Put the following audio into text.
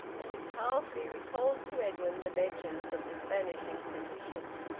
and it powerfully recalled to edwin the legends of the spanish inquisition.